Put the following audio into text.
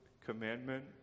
commandment